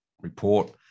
report